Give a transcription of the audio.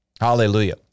Hallelujah